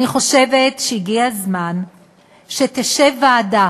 אני חושבת שהגיע הזמן שתשב ועדה